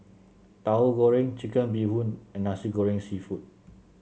Tauhu Goreng Chicken Bee Hoon and Nasi Goreng seafood